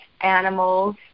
animals